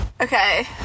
Okay